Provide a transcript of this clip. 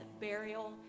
burial